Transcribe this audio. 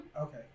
Okay